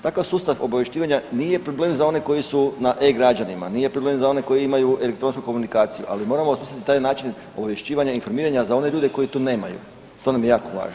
Takav sustav obavješćivanja nije problem za one koji su na E-građanima, nije problem za one koji imaju elektronsku komunikaciju, ali moramo na taj način obavješćivanja i informiranja za one ljudi koji to nemaju, to nam je jako važno.